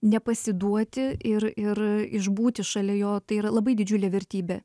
nepasiduoti ir ir išbūti šalia jo tai yra labai didžiulė vertybė